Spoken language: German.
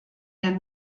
der